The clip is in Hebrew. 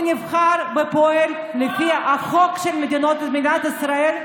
הוא נבחר ופועל לפי החוק של מדינת ישראל,